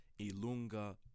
Ilunga